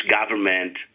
government